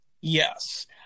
Yes